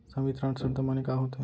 संवितरण शर्त माने का होथे?